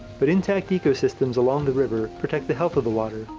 but intact ecosystems along the river protect the health of the water,